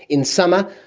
in summer,